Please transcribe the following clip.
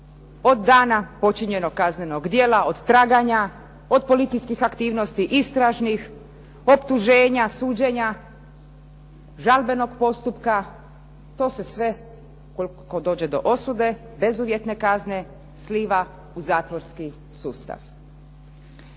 Od dana počinjenog kaznenog djela, od traganja, od policijskih aktivnosti, istražnih, optuženja, suđenja, žalbenog postupka to se sve ukoliko dođe do osude bezuvjetne kazne sliva u zatvorski sustav.